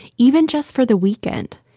even just for the weekend.